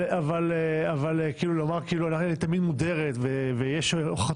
אבל לומר אני תמיד מודרת ויש הוכחות